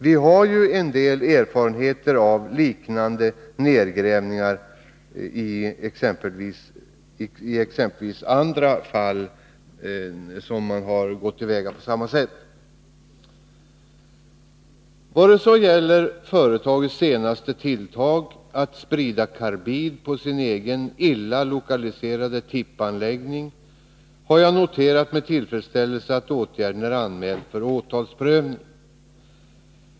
Vi har ju en del erfarenheter av liknande nedgrävningar. Vad så gäller företagets senaste tilltag, att sprida karbid på sin egen illa lokaliserade tippanläggning, har jag med tillfredsställelse noterat att åtgärden är anmäld för åtalsprövning.